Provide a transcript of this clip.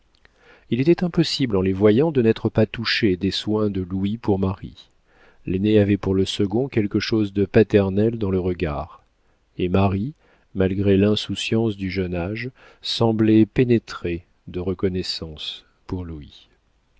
il était impossible en les voyant de n'être pas touché des soins de louis pour marie l'aîné avait pour le second quelque chose de paternel dans le regard et marie malgré l'insouciance du jeune âge semblait pénétré de reconnaissance pour louis